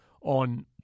on